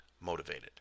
motivated